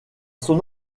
son